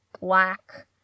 black